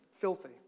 filthy